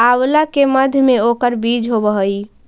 आंवला के मध्य में ओकर बीज होवअ हई